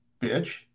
bitch